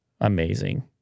Amazing